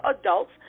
adults